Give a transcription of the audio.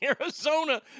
Arizona